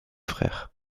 frères